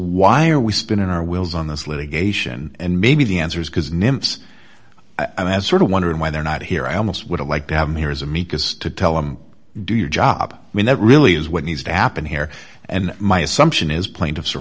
why are we spinning our wheels on this litigation and maybe the answer is because nymphs i had sort of wondered why they're not here i almost would have liked to have mears amicus to tell him do your job mean that really is what needs to happen here and my assumption is plaintiffs are